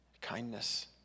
kindness